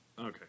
Okay